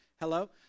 Hello